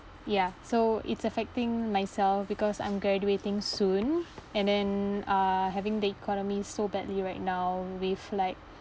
ya so it's affecting myself because I'm graduating soon and then uh having the economy so badly right now with like